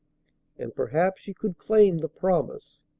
and perhaps she could claim the promise.